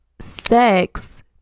sex